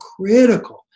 critical